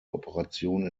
operation